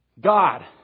God